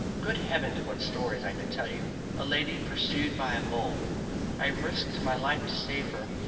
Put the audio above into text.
good heavens, what stories i could tell you! a lady pursued by a bull i have risked my life to save her,